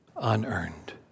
Unearned